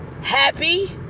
happy